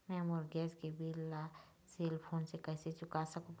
मैं मोर गैस के बिल ला सेल फोन से कइसे चुका सकबो?